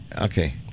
okay